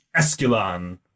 Escalon